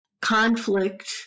conflict